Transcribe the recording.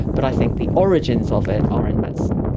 but i think the origins of it are in medicine.